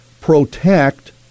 protect